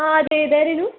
ആ അതെ ഇത് ആരാണ്